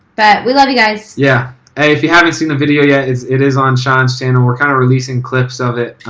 but we love you guys. yeah, and if you haven't seen the video yeah yet, it is on shawn's channel. we're kind of releasing clips of it